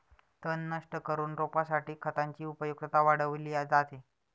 तण नष्ट करून रोपासाठी खतांची उपयुक्तता वाढवली जाते